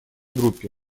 группе